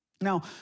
Now